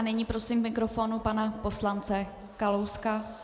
Nyní prosím k mikrofonu pana poslance Kalouska.